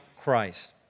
Christ